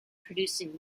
producing